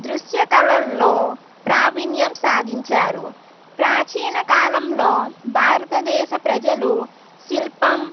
దృశ్యకళల్లో ప్రావీణ్యం సాధించారు ప్రాచీన కాలంలో భారత దేశ ప్రజలు శిల్పం